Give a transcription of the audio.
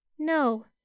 No